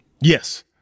Yes